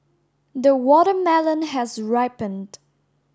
the watermelon has ripened